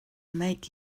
make